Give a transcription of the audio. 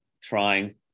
trying